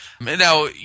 Now